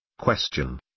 Question